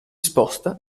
sposta